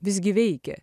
visgi veikia